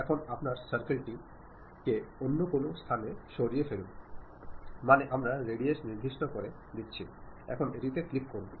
এখন আপনার সার্কেল টি কে অন্য কোনও স্থানে সরিয়ে ফেলুন মানে আমরা রাডিউস নির্দিষ্ট করে দিচ্ছি এখন এটিতে ক্লিক করুন